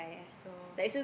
so